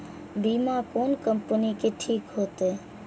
बीमा कोन कम्पनी के ठीक होते?